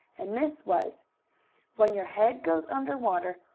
and this was when your head goes under water,